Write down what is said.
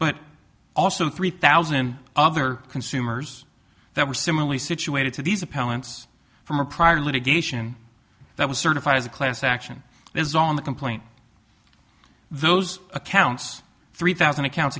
but also three thousand other consumers that were similarly situated to these appellants from a prior litigation that was certified as a class action is on the complaint those accounts three thousand accounts